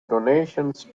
donations